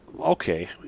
okay